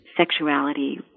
Sexuality